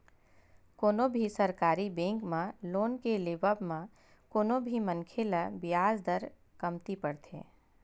कोनो भी सरकारी बेंक म लोन के लेवब म कोनो भी मनखे ल बियाज दर कमती परथे